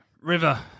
River